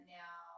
now